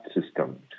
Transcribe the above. system